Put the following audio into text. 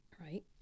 Right